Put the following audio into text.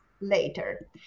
later